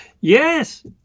Yes